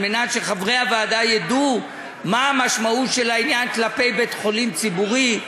כדי שחברי הוועדה ידעו מה המשמעות של העניין כלפי בית-חולים ציבורי,